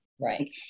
Right